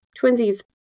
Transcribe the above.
Twinsies